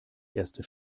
erste